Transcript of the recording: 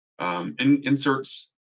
Inserts